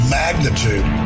magnitude